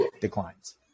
declines